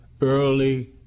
early